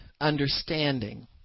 understanding